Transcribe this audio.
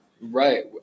Right